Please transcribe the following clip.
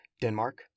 Denmark